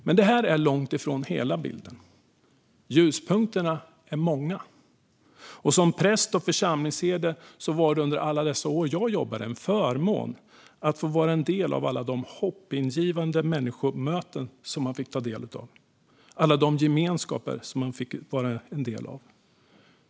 Men detta är långt ifrån hela bilden. Ljuspunkterna är många. För mig som präst och församlingsherde var det under alla år jag jobbade en förmån med alla de hoppingivande människoöden jag fick ta del av och alla de gemenskaper jag fick vara en del av.